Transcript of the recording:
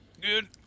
good